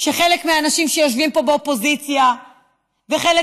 שחלק מהאנשים שיושבים פה באופוזיציה וחלק